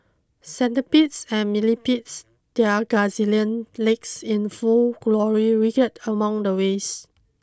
centipedes and millipedes their gazillion legs in full glory among the waste